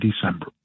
December